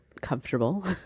comfortable